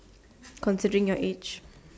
considering your age